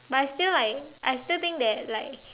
but I feel like I still think that like